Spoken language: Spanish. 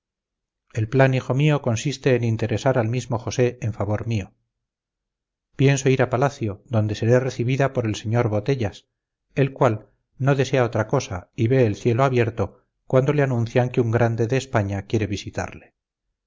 el plan hijo mío consiste en interesar al mismo josé en favor mío pienso ir a palacio donde seré recibida por el señor botellas el cual no desea otra cosa y ve el cielo abierto cuando le anuncian que un grande de españa quiere visitarle